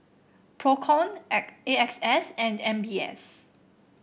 Procom A X S and M B S